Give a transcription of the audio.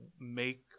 make